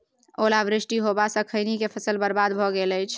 ओला वृष्टी होबा स खैनी के फसल बर्बाद भ गेल अछि?